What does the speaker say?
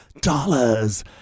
dollars